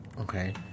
Okay